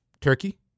Turkey